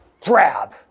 Grab